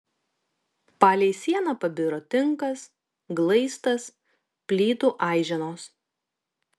palei sieną pabiro tinkas glaistas plytų aiženos